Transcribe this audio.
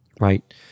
Right